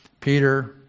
Peter